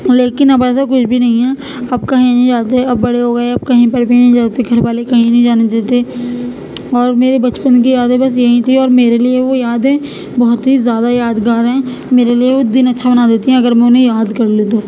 لیکن اب ایسا کچھ بھی نہیں ہیں اب کہیں نہیں جاتے اب بڑے ہو گئے اب کہیں پر بھی نہیں جاتے گھر والے کہیں نہیں جانے دیتے اور میرے بچپن کی یادیں بس یہیں تھی اور میرے لیے وہ یادیں بہت ہی زیادہ یادگار ہیں میرے لیے وہ دن اچھا بنا دیتی ہیں اگر میں انہیں یاد کر لوں تو